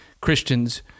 Christians